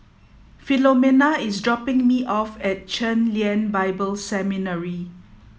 Philomena is dropping me off at Chen Lien Bible Seminary